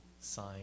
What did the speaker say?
sign